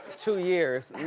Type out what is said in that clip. two years, and